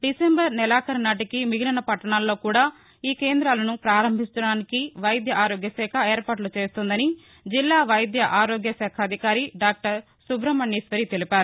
డిశెంబరు నెలాఖరునాటికి మిగిలిన పట్టణాల్లో కూడా ఈ కేందాలను పారంభించడానికి వైద్య ఆరోగ్య శాఖ ఏర్పాట్ల చేస్తోందని జిల్లా వైద్య ఆరోగ్య శాఖాధికారి డాక్టర్ సుబ్రహ్మణ్యేశ్వరి తెలిపారు